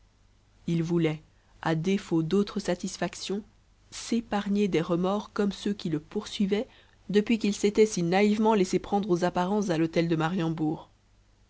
il voulait à défaut d'autre satisfaction s'épargner des remords comme ceux qui le poursuivaient depuis qu'il s'était si naïvement laissé prendre aux apparences à l'hôtel de mariembourg